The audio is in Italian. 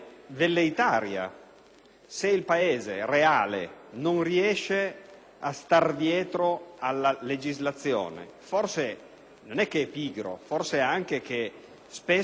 se il Paese reale non riesce a star dietro alla legislazione, non è perché è pigro; forse spesso noi legiferiamo